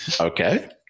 Okay